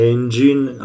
Engine